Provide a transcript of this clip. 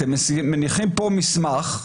אתם מניחים פה מסמך,